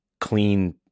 clean